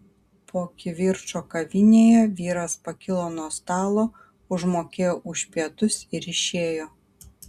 po kivirčo kavinėje vyras pakilo nuo stalo užmokėjo už pietus ir išėjo